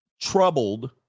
troubled